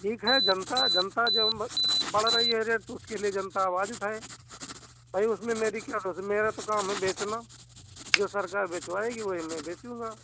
ठीक है जनता जनता जो बढ़ रहा है रेट उसके लिए जनता आवाज़ उठाए भाई उसमें मेरी क्या मेरा तो काम है बेचना जो सरकार बेचवाएगी वही मैं बेचूँगा